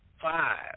five